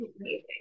amazing